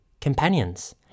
companions